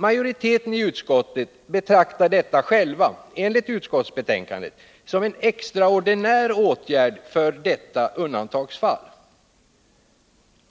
Majoriteten i utskottet betraktar detta själv — enligt utskottsbetänkandet — som en extraordinär åtgärd i detta undantagsfall.